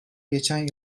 geçen